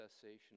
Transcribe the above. cessation